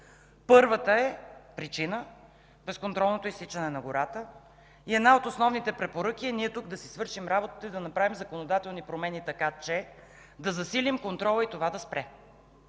Първата причина е безконтролното изсичане на гората и една от основните препоръки е ние тук да си свършим работата и да направим законодателни промени така, че да засилим контрола и това да спре.